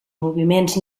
moviments